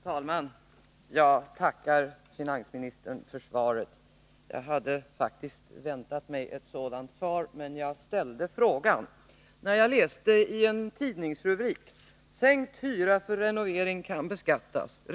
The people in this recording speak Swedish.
Fru talman! Jag tackar finansministern för svaret. Jag hade faktiskt väntat mig ett sådant svar. Men jag ställde frågan när jag läste en tidningsrubrik: ”Sänkt hyra för renovering kan beskattas!